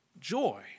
Joy